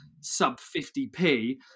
sub-50p